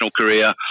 career